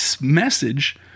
message